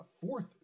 fourth